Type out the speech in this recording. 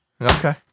Okay